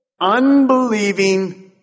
unbelieving